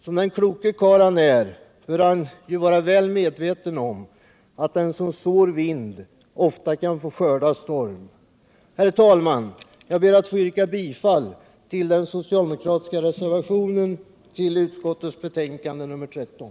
Som den kloke karl han är bör han vara väl medveten om att den som sår vind ofta kan få skörda storm. Herr talman! Jag ber att få yrka bifall till den socialdemokratiska reservationen vid jordbruksutskottets betänkande nr 13.